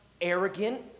arrogant